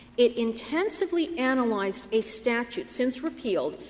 it intensively analyzed a statute, since repealed,